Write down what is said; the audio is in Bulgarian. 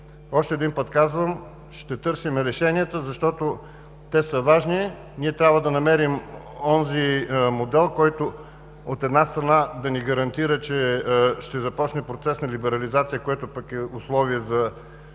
Още един път казвам: ще търсим решенията, защото те са важни. Ние трябва да намерим онзи модел, който, от една страна, да ни гарантира, че ще започне процес на либерализация, което пък е условие за